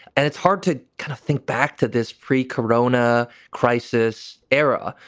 and it's hard to kind of think back to this pre korona crisis era,